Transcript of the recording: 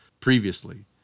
previously